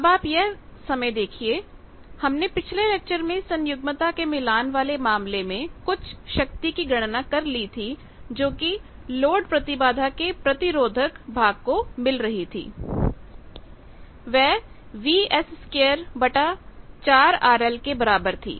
अब आप यह समय देखिए हमने पिछले लेक्चर में सन्युग्मता के मिलान वाले मामले में कुछ शक्ति की गणना कर ली थी जो कि लोड प्रतिबाधा के प्रतिरोधक भाग को मिल रही थी वह Vs24RL के बराबर थी